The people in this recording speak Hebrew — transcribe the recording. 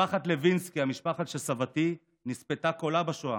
משפחת לוינסקי, המשפחה של סבתי, נספתה כולה בשואה.